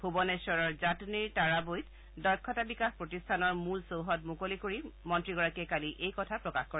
ভূবনেশ্বৰৰ জাটনিৰ তাৰাবৈত দক্ষতা বিকাশ প্ৰতিষ্ঠানৰ মূল চৌহদ মুকলি কৰি মন্ত্ৰীগৰাকীয়ে কালি এই কথা প্ৰকাশ কৰে